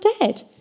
dead